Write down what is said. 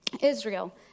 Israel